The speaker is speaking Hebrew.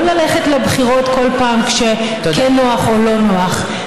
לא ללכת לבחירות כל פעם שכן נוח או לא נוח.